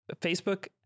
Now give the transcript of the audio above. Facebook